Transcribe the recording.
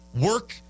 work